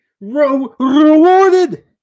rewarded